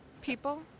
People